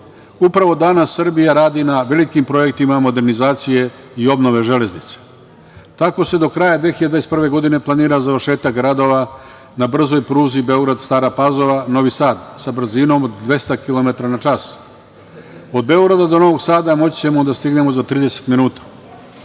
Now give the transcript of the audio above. danas Srbija radi na velikim projektima modernizacije i obnove „Železnice“. Tako se do kraja 2021. godine planira završetak radova na brzoj pruzi Beograd-Stara Pazova-Novi Sad sa brzinom od 200 kilometara na čas. Od Beograda do Novog Sada moći ćemo da stignemo za 30 minuta. Srbija